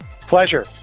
Pleasure